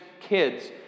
kids